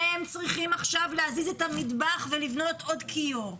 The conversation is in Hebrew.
והם צריכים עכשיו להזיז את המטבח ולבנות עוד כיור.